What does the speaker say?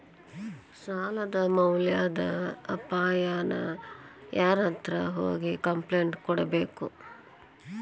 ಸಾಲದ್ ಮ್ಯಾಲಾದ್ ಅಪಾಯಾನ ಯಾರ್ಹತ್ರ ಹೋಗಿ ಕ್ಂಪ್ಲೇನ್ಟ್ ಕೊಡ್ಬೇಕು?